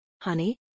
Honey